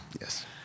Yes